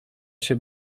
się